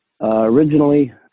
Originally